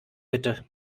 bitte